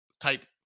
type